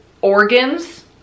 organs